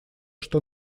что